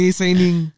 signing